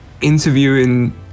interviewing